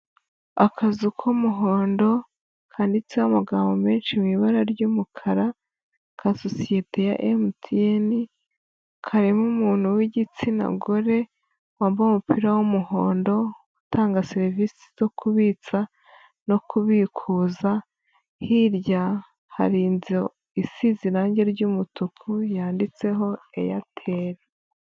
Akazu k'umuhondo kanditseho amagambo menshi mu ibara ry'umukara, ka sosiyete ya MTN, karimo umuntu w'igitsina gore wambaye umupira w'umuhondo, utanga serivisi zo kubitsa no kubikuza, hirya hari inzu isize irange ry'umutuku, yanditseho Eyateli.